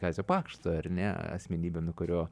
kazio pakšto ar ne asmenybe nuo kurio